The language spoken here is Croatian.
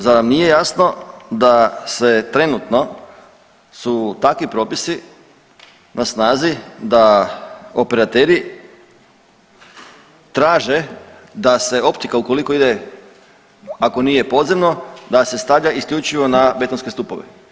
Zar nam nije jasno da se trenutno su takvi propisi na snazi da operateri traže da se optika ukoliko ide ako nije podzemno, da se stavlja isključivo na betonske stupove.